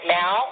now